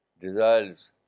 desires